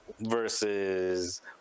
versus